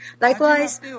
Likewise